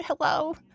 Hello